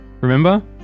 Remember